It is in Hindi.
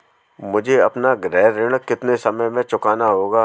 मुझे अपना गृह ऋण कितने समय में चुकाना होगा?